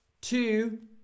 two